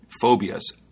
Phobias